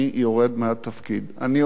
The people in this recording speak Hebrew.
אני עולה וגדעון יושב,